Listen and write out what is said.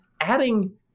adding